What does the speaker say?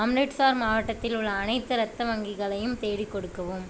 அம்ரிட்சார் மாவட்டத்தில் உள்ள அனைத்து இரத்த வங்கிகளையும் தேடிக் கொடுக்கவும்